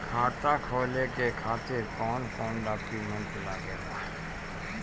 खाता खोले के खातिर कौन कौन डॉक्यूमेंट लागेला?